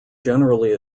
generally